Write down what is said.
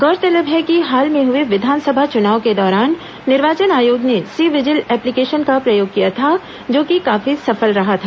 गौरतलब है कि हाल में हुए विधानसभा चुनाव के दौरान निर्वाचन आयोग ने सी विजिल एप्लीकेशन का प्रयोग किया था जो कि काफी सफल रहा था